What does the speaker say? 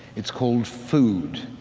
it's called food.